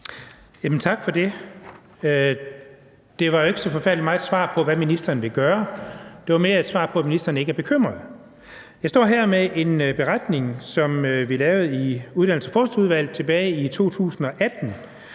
Tak for det. Det var jo ikke så forfærdelig meget et svar på, hvad ministeren vil gøre. Det var mere et svar, der gik på, at ministeren ikke er bekymret. Jeg står her med en beretning, som vi lavede i Uddannelses- og Forskningsudvalget tilbage i 2018,